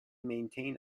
maintain